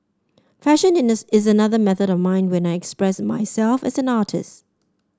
fashion is another method of mine when I express myself as an artist